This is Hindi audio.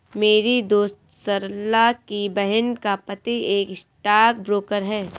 मेरी दोस्त सरला की बहन का पति एक स्टॉक ब्रोकर है